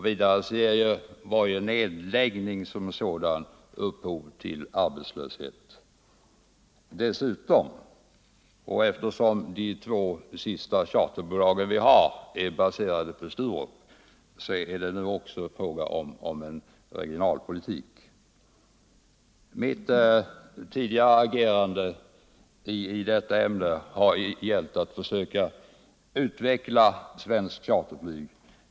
Vidare ger varje nedläggning som sådan upphov till arbetslöshet. Eftersom våra två sista charterbolag är baserade på Sturup är det nu dessutom fråga om regionalpolitik. Mitt tidigare agerande i detta ämne har gällt att försöka utveckla svenskt charterflyg.